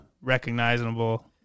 recognizable